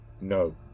No